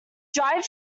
drive